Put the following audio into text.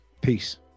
peace